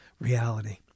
reality